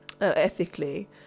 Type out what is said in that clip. ethically